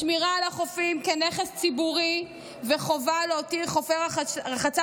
שמירה על החופים כנכס ציבורי וחובה להותיר חופי רחצה